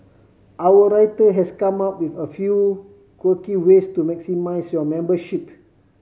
our writer has come up with a few quirky ways to maximise your membership